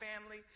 family